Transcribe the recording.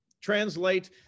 Translate